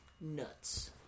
nuts